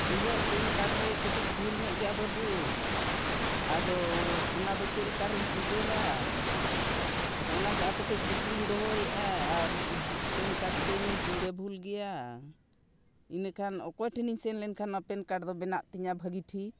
ᱤᱧᱟᱹᱜ PAN card ᱨᱮ ᱠᱟᱹᱴᱤᱡ ᱵᱷᱩᱞ ᱧᱚᱜ ᱜᱮᱭᱟ ᱵᱟᱹᱵᱩ ᱟᱫᱚ ᱚᱱᱟᱫᱚ ᱪᱮᱫ ᱞᱮᱠᱟᱨᱤᱧ ᱥᱩᱫᱷᱟᱹᱨᱟ ᱟᱫᱚ ᱚᱱᱟᱜᱮ ᱟᱯᱮ ᱴᱷᱮᱡ ᱠᱩᱠᱞᱤᱧ ᱫᱚᱦᱚᱭᱮᱜᱼᱟ ᱟᱨ ᱯᱮᱱ ᱠᱟᱨᱰ ᱛᱤᱧ ᱵᱮᱵᱷᱩᱞ ᱜᱮᱭᱟ ᱤᱱᱟᱹᱠᱷᱟᱱ ᱚᱠᱚᱭ ᱴᱷᱮᱱᱤᱧ ᱥᱮᱱ ᱞᱮᱱᱠᱷᱟᱱ ᱚᱱᱟ ᱯᱮᱱ ᱠᱟᱨᱰ ᱫᱚ ᱵᱮᱱᱟᱜ ᱛᱤᱧᱟᱹ ᱵᱷᱟᱜᱮ ᱴᱷᱤᱠ